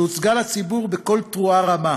שהוצגה לציבור בקול תרועה רמה.